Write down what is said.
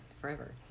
forever